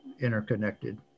interconnected